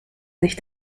sich